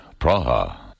Praha